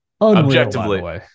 Objectively